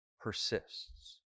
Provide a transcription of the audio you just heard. persists